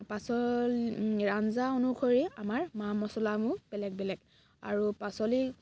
পাচ আঞ্জা অনুসৰি আমাৰ মা মচলাসমূহ বেলেগ বেলেগ আৰু পাচলি